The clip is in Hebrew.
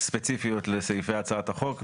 ספציפיות לסעיפי הצעת החוק,